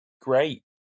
great